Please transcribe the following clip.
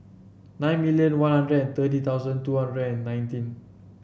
nine million One Hundred and thirty thousand two hundred and nineteen